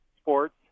sports